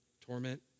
torment